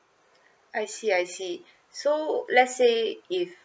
I see I see so let's say if